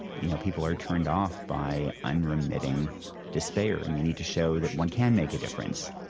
you know, people are turned off by unremitting despair, and you need to show that one can make a difference.